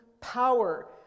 power